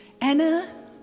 Anna